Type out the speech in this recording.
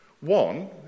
One